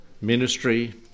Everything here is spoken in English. ministry